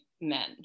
men